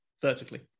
vertically